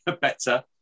better